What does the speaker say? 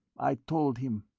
i told him.